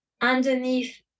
underneath